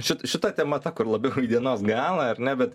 šit šita tema ta kur labiau į dienos galą ar ne bet